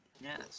Yes